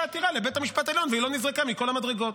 עתירה לבית המשפט העליון והיא לא נזרקה מכל המדרגות.